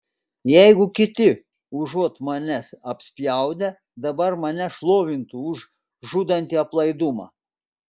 jeigu kiti užuot mane apspjaudę dabar mane šlovintų už žudantį aplaidumą